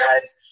guys